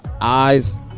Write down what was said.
eyes